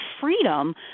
freedom